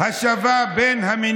המשך השתלטות על ירושלים